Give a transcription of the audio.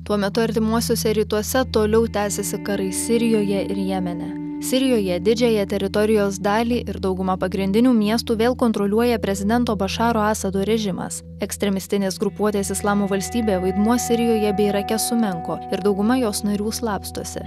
tuo metu artimuosiuose rytuose toliau tęsiasi karai sirijoje ir jemene sirijoje didžiąją teritorijos dalį ir daugumą pagrindinių miestų vėl kontroliuoja prezidento bašaro asado režimas ekstremistinės grupuotės islamo valstybėje vaidmuo sirijoje bei irake sumenko ir dauguma jos narių slapstosi